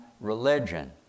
religion